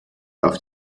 auf